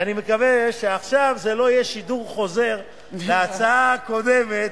ואני מקווה שלא יהיה עכשיו שידור חוזר של ההצעה הקודמת,